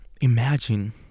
Imagine